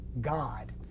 God